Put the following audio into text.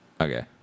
Okay